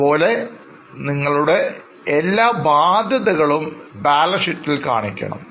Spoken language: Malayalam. അതുപോലെ നിങ്ങളുടെ എല്ലാ ബാധ്യതകളും ബാലൻസ് ഷീറ്റിൽ കാണിക്കണം